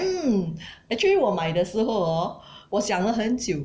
mm actually 我买的时候 orh 我想了很久